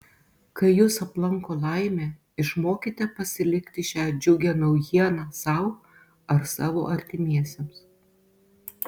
kai jus aplanko laimė išmokite pasilikti šią džiugią naujieną sau ar savo artimiesiems